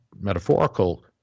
metaphorical